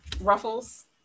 ruffles